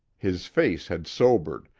his face had sobered,